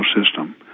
system